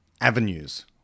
avenues